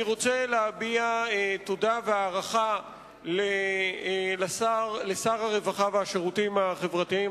אני רוצה להביע תודה והערכה לשר הרווחה והשירותים החברתיים,